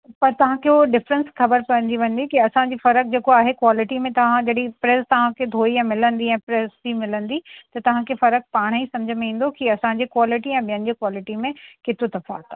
पर तव्हां खे हू डिफ़्रेंस ख़बर पवंदी वेंदी कि असांजे फ़र्क़ु जेको आहे क्वालिटी में तव्हां जॾहिं प्रेस तव्हां खे धोई ऐं मिलंदी ऐं प्रेस थी मिलंदी त तव्हां खे फ़र्कु पाणे ई सम्झि में ईंदो कि असांजी क्वालिटी ऐं ॿियनि जी क्वालिटी में केतिरो त इत्तेफ़ाक आहे